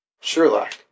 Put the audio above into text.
Sherlock